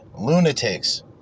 lunatics